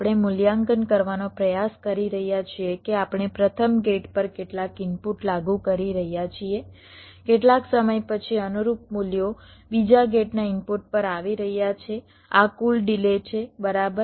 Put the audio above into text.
આપણે મૂલ્યાંકન કરવાનો પ્રયાસ કરી રહ્યા છીએ કે આપણે પ્રથમ ગેટ પર કેટલાક ઇનપુટ લાગુ કરી રહ્યા છીએ કેટલાક સમય પછી અનુરૂપ મૂલ્યો બીજા ગેટના ઇનપુટ પર આવી રહ્યા છે આ કુલ ડિલે છે બરાબર